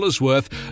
worth